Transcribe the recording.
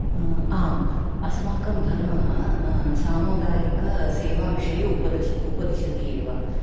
आम् अस्माकं धर्मः सामुदायिकसेवाविषये उपदश उपदिशति एव